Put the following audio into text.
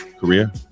Korea